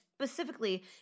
Specifically